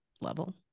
level